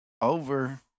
Over